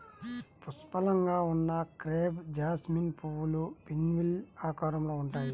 పుష్కలంగా ఉన్న crepe jasmine పువ్వులు పిన్వీల్ ఆకారంలో ఉంటాయి